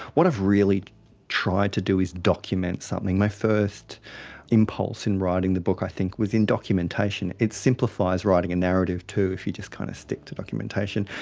what i've really tried to do is document something. my first impulse in writing the book i think was in documentation. it simplifies writing a narrative too if you just kind of stick to documentation.